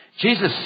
Jesus